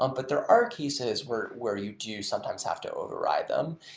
um but there are cases where where you do sometimes have to override them.